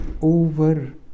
over